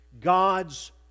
God's